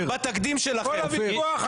קואליציוניות ואופוזיציוניות,